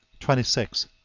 twenty six.